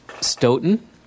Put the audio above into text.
Stoughton